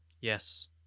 Yes